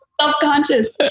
Self-conscious